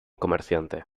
comerciante